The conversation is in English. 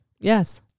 Yes